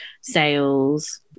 sales